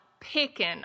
picking